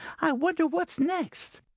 i wonder what next.